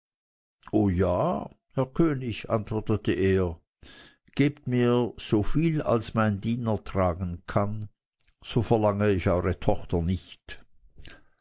o ja herr könig antwortete er gebt mir soviel als mein diener tragen kann so verlange ich eure tochter nicht